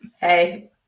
Hey